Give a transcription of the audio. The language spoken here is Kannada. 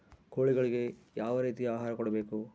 ಕೋಳಿಗಳಿಗೆ ಯಾವ ರೇತಿಯ ಆಹಾರ ಕೊಡಬೇಕು?